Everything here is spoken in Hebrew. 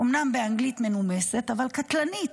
אומנם באנגלית מנומסת אבל קטלנית,